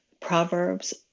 Proverbs